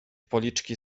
policzki